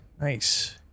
Nice